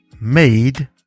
made